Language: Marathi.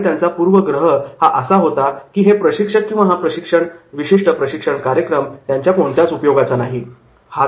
आणि त्यांचा पूर्वग्रह हा असा होता की 'हे प्रशिक्षक किंवा हा विशिष्ट प्रशिक्षण कार्यक्रम त्यांच्या कोणत्याच उपयोगाचा नाही'